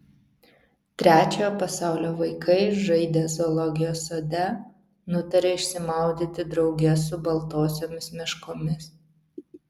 trečiojo pasaulio vaikai žaidę zoologijos sode nutarė išsimaudyti drauge su baltosiomis meškomis